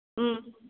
ꯎꯝ